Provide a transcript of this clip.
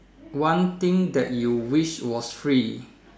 one thing that you wish was free